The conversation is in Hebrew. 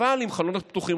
אבל עם חלונות פתוחים.